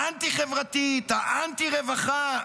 האנטי-חברתית, האנטי-רווחה?